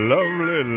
Lovely